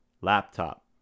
laptop